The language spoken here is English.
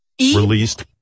Released